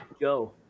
Go